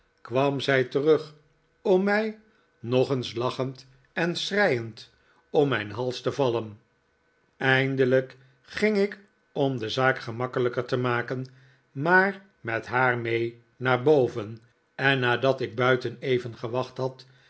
kwam zij terug om mij nog eens lachend en schreiend om mijn hals te vallen eindelijk ging ik om de zaak gemakkelijker te maken maar met haar mee naar boven en nadat ik buiten even gewacht had